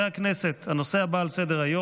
28 בעד, שבעה נגד, אין נמנעים.